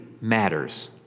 matters